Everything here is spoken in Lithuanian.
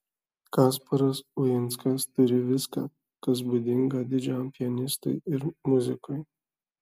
kasparas uinskas turi viską kas būdinga didžiam pianistui ir muzikui